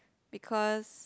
because